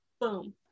boom